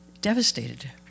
devastated